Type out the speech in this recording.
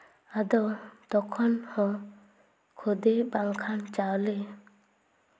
ᱟᱫᱚ ᱛᱚᱠᱷᱚᱱ ᱦᱚᱸ ᱠᱷᱚᱫᱮ ᱵᱟᱝᱠᱷᱟᱱ ᱪᱟᱣᱞᱮ